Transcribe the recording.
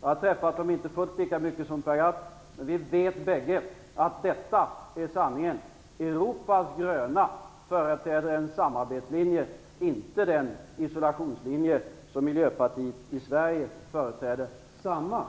Jag har inte träffat dem fullt lika mycket som Per Gahrton, men vi vet bägge att sanningen är den att Europas gröna företräder en samarbetslinje, inte den isolationslinje som miljöpartiet i Sverige liksom